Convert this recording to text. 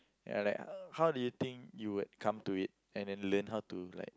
ya like how do you think you would come to it and then learn how to like